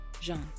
Jean